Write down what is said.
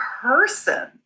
person